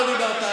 לא דיברת על זה.